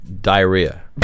diarrhea